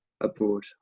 abroad